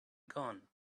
gone